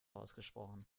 ausgesprochen